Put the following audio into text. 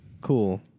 Cool